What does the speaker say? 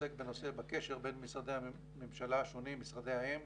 שעוסק בקשר בין משרדי הממשלה השונים, משרדי האם,